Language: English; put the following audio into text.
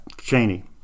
Cheney